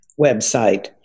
website